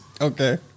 Okay